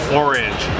orange